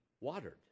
watered